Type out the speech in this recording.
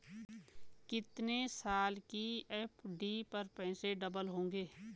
कितने साल की एफ.डी पर पैसे डबल होंगे?